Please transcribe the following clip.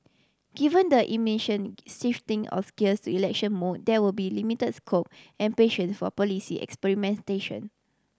given the immission shifting ohs gears to election mode there will be limit scope and patience for policy experimentation